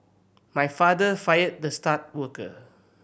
my father fired the star worker